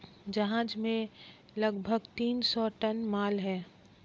जहाज में लगभग तीन सौ टन माल है